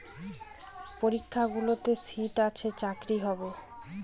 পরীক্ষাগুলোতে সিট আছে চাকরি হবে